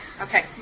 Okay